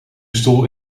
stoel